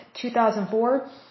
2004